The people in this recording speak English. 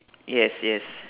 yes yes